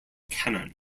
cannon